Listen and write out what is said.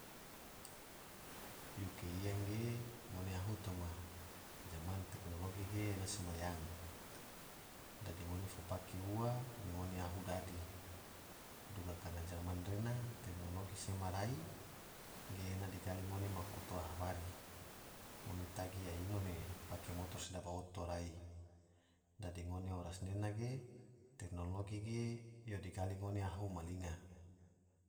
Yuke iya ge ngone ahu toma zaman teknologi ge ena sema yang, dadi ngone fo pake ua me ngone ahu dadi, duga karana zaman rena teknologi sema rai ge ena digali ngone maku toa habari, ngone tagi iya ino me pake motor sedaba oto rai dadi ngone oras nena re teknologi ge yo digali ngone ahu ma linga.